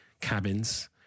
cabins